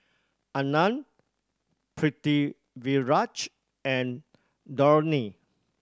Anand Pritiviraj and Dhoni